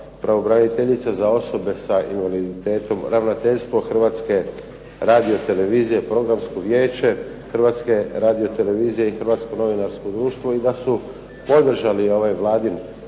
pravobraniteljica za osobe sa invaliditetom, ravnateljstvo Hrvatske radiotelevizije, Programsko vijeće Hrvatske radiotelevizije i Hrvatsko novinarsko društvo, i da su podržali ovaj Vladin